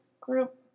group